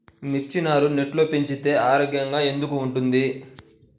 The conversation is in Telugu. మిర్చి నారు నెట్లో పెంచితే ఆరోగ్యంగా ఎందుకు ఉంటుంది?